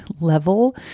level